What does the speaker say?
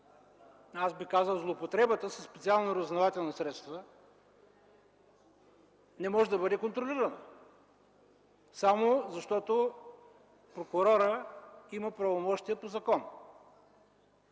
(аз бих казал злоупотребата) на специалните разузнавателни средства не може да бъде контролирана, само защото прокурорът има правомощия по закон